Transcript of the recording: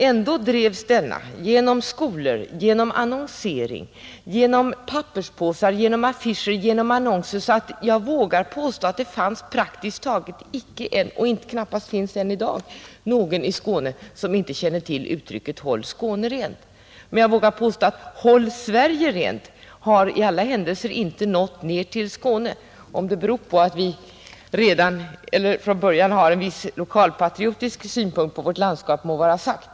Ändå drevs denna kampanj — genom skolor, genom annonsering, genom papperspåsar, genom affischer — så att jag vågar påstå att det än i dag praktiskt taget inte finns någon i Skåne som inte känner till uttrycket Håll Skåne rent. Men kampanjen ”Håll Sverige rent” har i alla händelser inte nått ner till Skåne. Om det beror på att vi från början har en viss lokalpatriotisk syn på vårt landskap må vara osagt.